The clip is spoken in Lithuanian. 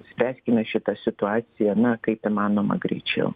spręskime šitą situaciją na kaip įmanoma greičiau